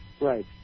Right